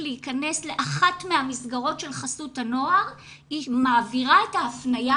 להיכנס לאחת מהמסגרות של חסות הנוער היא מעבירה את ההפניה,